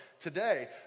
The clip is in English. today